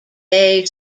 bay